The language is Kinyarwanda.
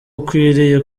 ukwiriye